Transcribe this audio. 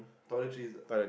toiletries ah